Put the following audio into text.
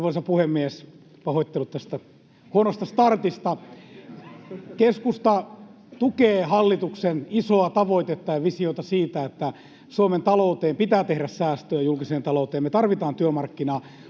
Arvoisa puhemies! Pahoittelut tästä huonosta startista. — Keskusta tukee hallituksen isoa tavoitetta ja visiota siitä, että Suomen julkiseen talouteen pitää tehdä säästöjä. Me tarvitaan työmarkkinauudistuksia,